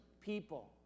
people